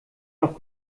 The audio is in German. noch